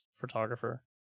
photographer